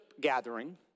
gathering